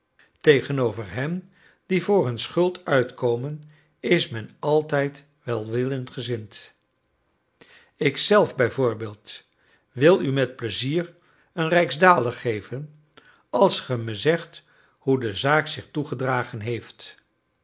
tegenover hen die voor hun schuld uitkomen is men altijd welwillend gezind ik zelf bijvoorbeeld wil u met pleizier een rijksdaalder geven als gij me zegt hoe de zaak zich toegedragen heeft